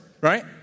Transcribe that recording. right